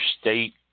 state